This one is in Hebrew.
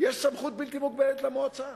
יש סמכות בלתי מוגבלת למועצה,